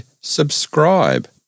subscribe